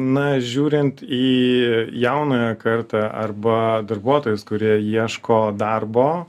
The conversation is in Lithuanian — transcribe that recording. na žiūrint į jaunąją kartą arba darbuotojus kurie ieško darbo